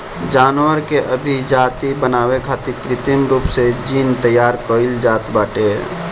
जानवर के अभिजाति बनावे खातिर कृत्रिम रूप से जीन तैयार कईल जात बाटे